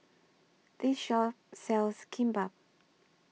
This Shop sells Kimbap